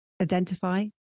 identify